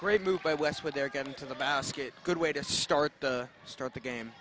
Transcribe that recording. great move by wes what they're getting to the basket good way to start to start the game